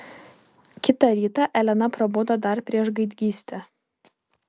kitą rytą elena prabudo dar prieš gaidgystę